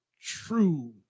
true